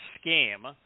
scheme